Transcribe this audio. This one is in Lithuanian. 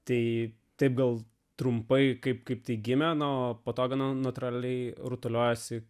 tai taip gal trumpai kaip kaip taigi meno padauginau natūraliai rutuliojosi